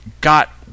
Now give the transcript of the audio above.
got